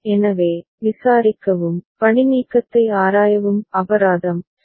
எனவே விசாரிக்கவும் பணிநீக்கத்தை ஆராயவும் அபராதம் சரி